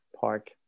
park